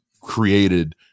created